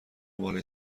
بالای